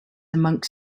among